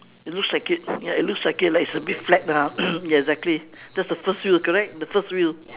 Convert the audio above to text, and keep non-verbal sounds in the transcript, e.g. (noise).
it looks like it ya it looks like it like it's a bit flat ah (coughs) exactly that's the first wheel correct the first wheel